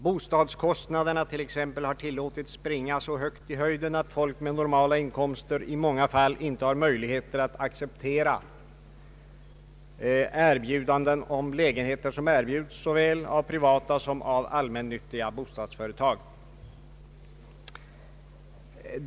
Bostadskostnaderna t.ex. har tillåtits att skjuta så i höjden att folk med normala inkomster i många fall inte har möjlighet att acceptera erbjudanden om lägenheter från såväl privata som allmännyttiga bostadsföretag.